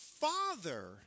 father